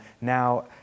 now